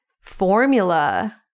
formula